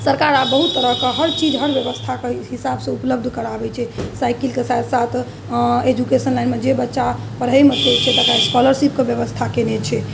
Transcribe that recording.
सरकार आब बहुत तरहके हर चीज हर बेबस्थाके हिसाबसँ उपलब्ध कराबै छै साइकिलके साथ साथ एजुकेशन लाइनमे जे बच्चा पढ़ैमे तेज छै तकरा स्काॅलरशिपके बेबस्था केने छै